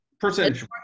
Percentage